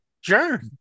sure